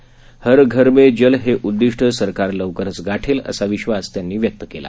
हर घर में जल हे उद्दिष्ट सरकार लवकरच गाठेल असा विश्वास त्यांनी व्यक्त केला